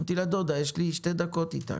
אמרתי לה: דודה, יש לי שתי דקות איתך,